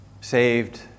saved